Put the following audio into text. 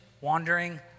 wandering